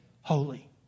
holy